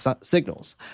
signals